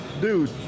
dude